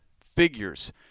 figures